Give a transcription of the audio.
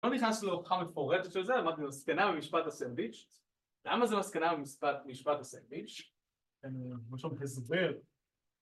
קודם נכנסתי לרוחה מפורטת של זה, אמרתי לו מסקנה במשפט הסנדוויץ' למה זה מסקנה במשפט הסנדוויץ'? אני ממש לא מבין